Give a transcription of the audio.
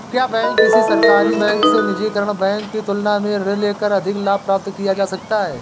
क्या किसी सरकारी बैंक से निजीकृत बैंक की तुलना में ऋण लेकर अधिक लाभ प्राप्त किया जा सकता है?